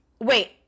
Wait